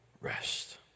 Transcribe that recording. rest